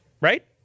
right